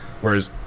whereas